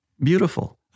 Beautiful